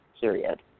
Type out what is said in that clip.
Period